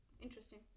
Interesting